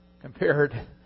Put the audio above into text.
compared